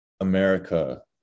America